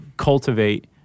Cultivate